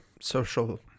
social